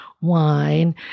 wine